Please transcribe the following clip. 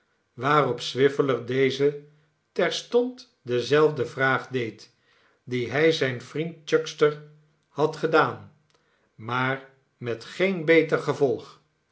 waarop swiveller dezen terstond dezelfde vraag deed die hij zijn vriend chuckster had gedaan maar met geen beter gevolg